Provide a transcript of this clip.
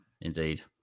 Indeed